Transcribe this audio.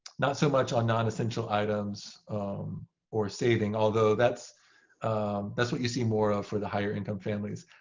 not so much on non-essential items or saving. although that's that's what you see more ah for the higher income families.